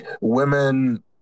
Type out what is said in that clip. women